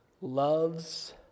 loves